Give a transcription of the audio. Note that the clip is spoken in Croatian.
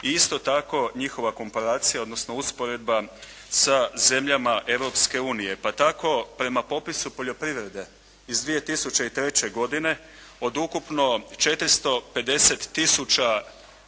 i isto tako njihova komparacija odnosno usporedba sa zemljama Europske unije. Pa tako prema popisu poljoprivrede iz 2003. godine od ukupno 450